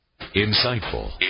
Insightful